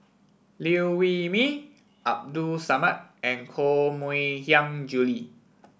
Liew Wee Mee Abdul Samad and Koh Mui Hiang Julie